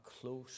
close